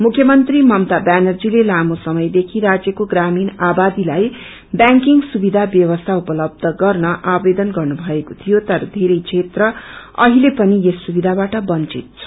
मुख्यमन्त्री ममता व्यानर्जीले लामो समयदेखि राज्यको प्रामिण आवादीलाई व्यांकिंग सुबिधा व्यवस्या उपलब्य गर्न आवेदन गर्नु भएको थियो तर धेरै क्षेत्र अहिले पनि यस सुविधाबाट बन्चित छ